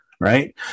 right